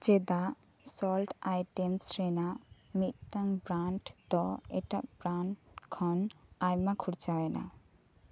ᱪᱮᱫᱟᱜ salt items ᱨᱮᱱᱟᱜ ᱢᱤᱫᱴᱟᱱ ᱵᱨᱟᱱᱰ ᱫᱚ ᱮᱴᱟᱜ ᱵᱨᱟᱸᱰ ᱠᱷᱚᱱ ᱟᱭᱢᱟ ᱠᱷᱚᱨᱪᱟᱭᱮᱱᱟ